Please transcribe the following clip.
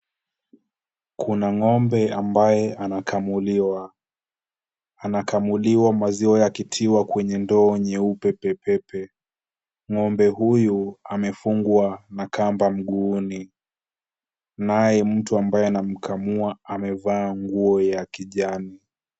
Kuna ng'ombe ambaye anakamuliwa. Anakamuliwa maziwa yakitiwa kwenye ndoo nyeupe pe pe pe. Ng'ombe huyu amefungwa na kamba mguuni. Naye mtu ambaye anamkamua amevaa nguo ya kijani.